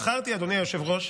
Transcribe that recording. אדוני היושב-ראש,